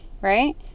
Right